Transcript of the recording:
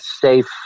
safe